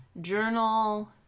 journal